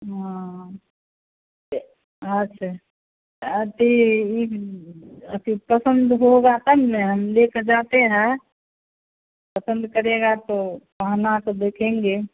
हाँ अच्छा अथी ई अथी पसन्द होगा तब ना हम लेकर जाते हैं पसन्द करेगा तो पहनाकर देखेंगे